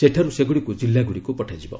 ସେଠାରୁ ସେଗୁଡ଼ିକୁ କିଲ୍ଲାଗୁଡ଼ିକୁ ପଠାଯିବ